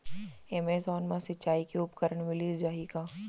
Amazon मा सिंचाई के उपकरण मिलिस जाही का?